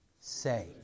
say